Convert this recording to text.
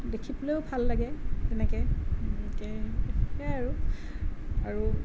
দেখিবলৈও ভাল লাগে তেনেকে এনেকে সেইয়াই আৰু আৰু